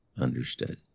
understood